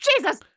Jesus